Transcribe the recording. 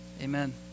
amen